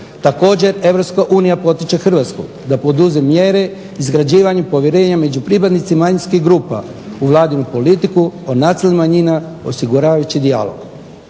unija potiče Hrvatsku da poduzima mjere izgrađivanja povjerenja među pripadnicima manjinskih grupa u vladinu politiku o nacionalnim manjinama osiguravajući dijalog.